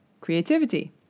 creativity